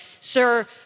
sir